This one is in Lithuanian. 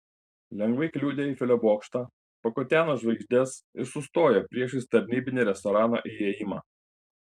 lengvai kliudė eifelio bokštą pakuteno žvaigždes ir sustojo priešais tarnybinį restorano įėjimą